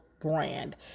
brand